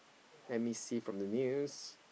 let me see from the news